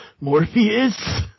Morpheus